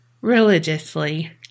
religiously